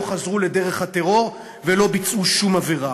לא חזרו לדרך הטרור ולא ביצעו שום עבירה.